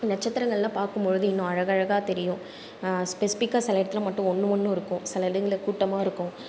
நட்சத்திரங்கள்லாம் பார்க்கும் பொழுது இன்னும் அழகழகாக தெரியும் ஸ்பெசிஃபிக்காக சில இடத்தில் மட்டும் ஒன்றும் ஒன்றும் இருக்கும் சில இடங்களில் கூட்டமாக இருக்கும்